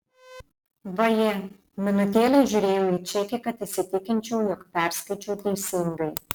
vaje minutėlę žiūrėjau į čekį kad įsitikinčiau jog perskaičiau teisingai